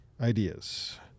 ideas